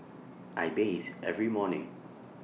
I bathe every morning